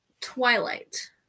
Twilight